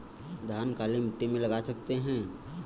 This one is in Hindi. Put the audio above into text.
धान काली मिट्टी में लगा सकते हैं?